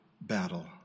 battle